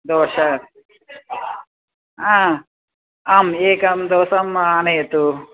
दोसा आ आम् एकं दोसाम् आनयतु